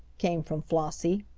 came from flossie.